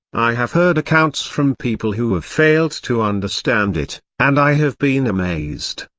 i have heard accounts from people who have failed to understand it, and i have been amazed.